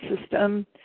system